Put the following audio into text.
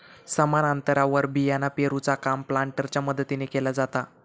समान अंतरावर बियाणा पेरूचा काम प्लांटरच्या मदतीने केला जाता